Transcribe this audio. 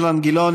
אילן גילאון,